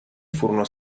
furono